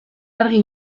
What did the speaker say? argi